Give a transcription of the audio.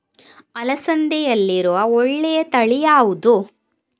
ಅಲಸಂದೆಯಲ್ಲಿರುವ ಒಳ್ಳೆಯ ತಳಿ ಯಾವ್ದು?